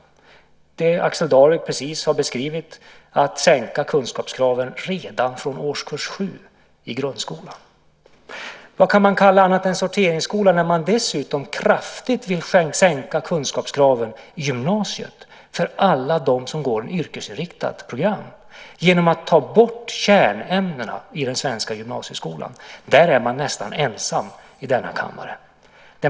Axel Darvik har precis beskrivit hur man vill sänka kunskapskraven redan från årskurs 7 i grundskolan. Vad kan man kalla det annat än en sorteringsskola när man dessutom kraftigt vill sänka kunskapskraven i gymnasiet för alla dem som går yrkesinriktat program genom att ta bort kärnämnena i den svenska gymnasieskolan? Där är man nästan ensam i denna kammare.